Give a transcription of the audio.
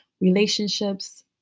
relationships